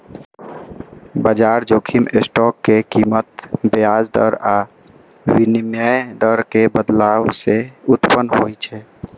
बाजार जोखिम स्टॉक के कीमत, ब्याज दर आ विनिमय दर मे बदलाव सं उत्पन्न होइ छै